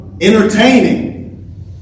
entertaining